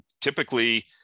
Typically